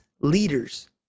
leaders